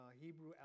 Hebrew